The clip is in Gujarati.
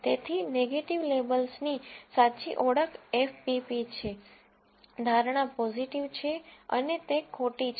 તેથી નેગેટીવ લેબલ્સની સાચી ઓળખ એફ પી પી છે ધારણા પોઝીટિવ છે અને તે ખોટી છે